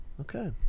Okay